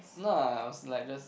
no I I was like just